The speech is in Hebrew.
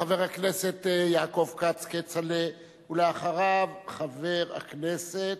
חבר הכנסת יעקב כץ, כצל'ה, ואחריו, חבר הכנסת,